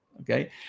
okay